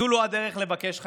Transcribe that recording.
זו לא הדרך לבקש חנינה.